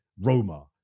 Roma